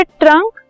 trunk